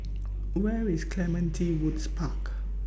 Where IS Clementi Woods Park